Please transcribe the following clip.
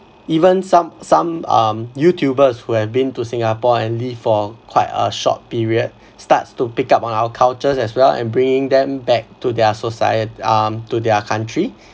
even some some um youtubers who have been to singapore and live for quite a short period starts to pick up on our cultures as well and bringing them back to their socie~ um to their country